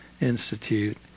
Institute